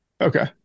okay